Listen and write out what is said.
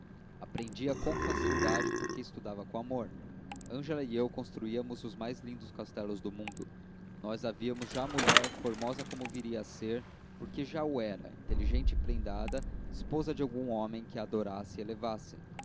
lúcida aprendia com facilidade porque estudava com amor ângela e eu construíamos os mais lindos castelos do mundo nós a víamos já mulher formosa como viria a ser porque já o era inteligente e prendada esposa de algum homem que a adorasse e elevasse